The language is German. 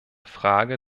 frage